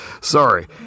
Sorry